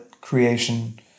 creation